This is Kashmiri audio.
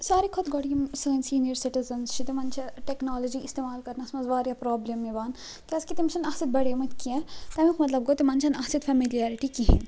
ساروٕے کھۄتہ گۄڈٕ یم سٲنۍ سیٖنیَر سِٹیٖزَنٕز چھِ تِمن چھِ ٹیٚکنالوجی استعمال کرنَس مَنٛز واریاہ پرٛابلم یوان کیٛازکہِ تِم چھِنہِ اَتھ سۭتۍ بَڑھیمٕتۍ کیٚنٛہہ تیٚمیٛک مطلب گوٚو تِمن چھَنہٕ اَتھ سۭتۍ فیمِلیرِٹی کِہیٖنۍ